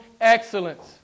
excellence